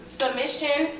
submission